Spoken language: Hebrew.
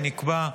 שנקבע,